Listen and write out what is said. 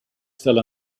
still